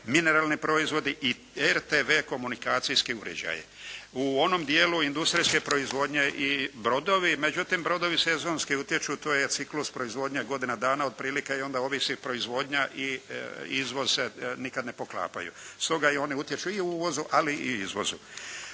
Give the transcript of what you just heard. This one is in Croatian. mineralni proizvodi i RTV komunikacijski uređaji. U onom dijelu industrijske proizvodnje i brodovi, međutim brodovi sezonski utječu, to je ciklus proizvodnje godina dana otprilike i onda ovisi proizvodnja i izvoz se nikad ne poklapaju. Stoga oni utječu i u uvozu, ali i izvozu.